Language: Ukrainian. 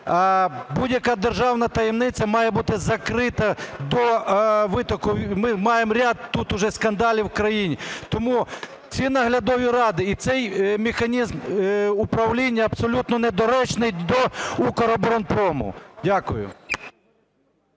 будь-яка державна таємниця має бути закрита до витоку. Ми маємо ряд тут уже скандалів в країні. Тому ці наглядові ради і цей механізм управління абсолютно недоречний до "Укроборонпрому". Дякую.